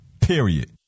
period